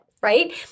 right